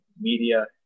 media